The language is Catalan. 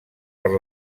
per